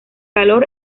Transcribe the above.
calor